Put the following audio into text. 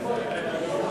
נתקבל.